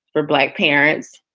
for black parents,